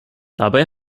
dabei